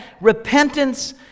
repentance